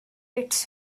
its